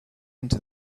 into